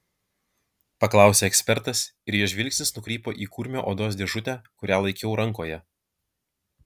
paklausė ekspertas ir jo žvilgsnis nukrypo į kurmio odos dėžutę kurią laikiau rankoje